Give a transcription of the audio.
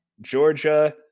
Georgia